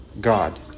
God